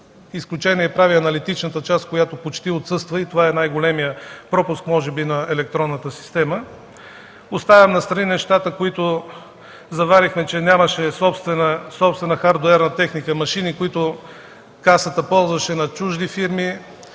Изключение прави аналитичната част, която почти отсъства и това е най-големият пропуск може би на електронната система. Оставям настрани нещата, които заварихме, че нямаше собствена хардуерна техника – машини, които Касата ползваше на чужди фирми,